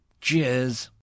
cheers